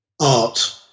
art